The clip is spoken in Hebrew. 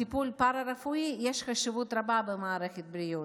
לטיפול פארה-רפואי יש חשיבות רבה במערכת הבריאות.